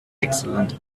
excellent